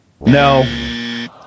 No